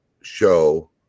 show